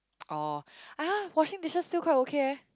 oh !huh! washing dishes still quite okay eh